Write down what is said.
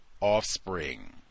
offspring